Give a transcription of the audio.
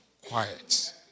Quiet